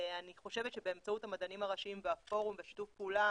אני חושבת שבאמצעות המדענים הראשיים והפורום ושיתוף הפעולה